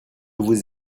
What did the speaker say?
vous